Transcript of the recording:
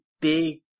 big